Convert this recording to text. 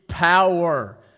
power